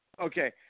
Okay